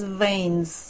veins